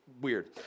weird